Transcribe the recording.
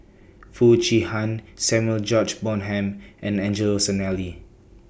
Foo Chee Han Samuel George Bonham and Angelo Sanelli